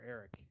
Eric